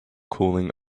cooling